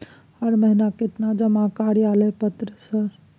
हर महीना केतना जमा कार्यालय पत्र सर?